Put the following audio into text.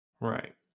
right